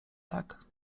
tak